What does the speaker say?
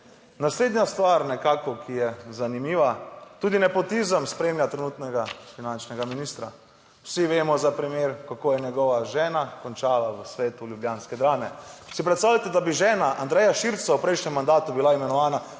Naslednja stvar, nekako, ki je zanimiva, tudi nepotizem spremlja trenutnega finančnega ministra. Vsi vemo za primer, kako je njegova žena končala v Svetu ljubljanske Drame. Si predstavljate, da bi žena Andreja Širclja v prejšnjem mandatu bila imenovana